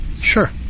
Sure